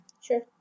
sure